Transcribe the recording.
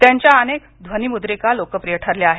त्यांच्या अनेक ध्वनिमुद्रिका लोकप्रिय ठरल्या आहेत